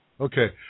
Okay